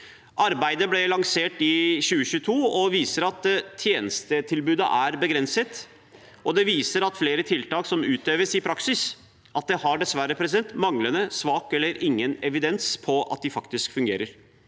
Arbeidet ble lansert i 2022 og viser at tjenestetilbudet er begrenset, og det viser at flere tiltak som utøves i praksis, dessverre har manglende, svak eller ingen evidens på at de faktisk fungerer.